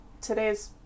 today's